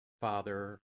Father